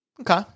Okay